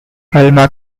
alma